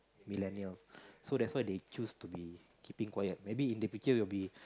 millennials so that's why they choose to be keeping quiet maybe individual will be